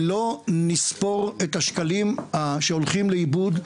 ולא נספור את השקלים שהולכים לאיבוד,